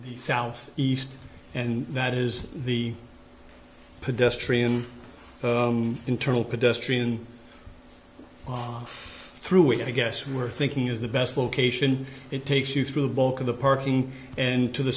south east and that is the pedestrian internal pedestrian off through it i guess we're thinking is the best location it takes you through the bulk of the parking and to the